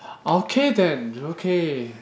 okay then okay